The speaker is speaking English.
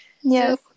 Yes